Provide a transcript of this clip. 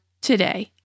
today